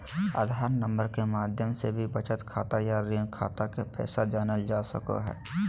आधार number के माध्यम से भी बचत खाता या ऋण खाता के पैसा जानल जा सको हय